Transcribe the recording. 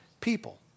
people